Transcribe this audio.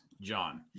John